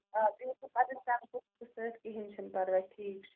کِہیٖنۍ چھُنہٕ پرواے ٹھیٖک چھُ